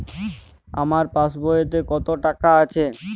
আমার পাসবইতে কত টাকা আছে?